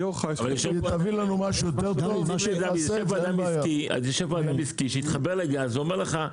יושב פה אדם עסקי שהתחבר לגז ואומר לך: